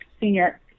senior